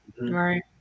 right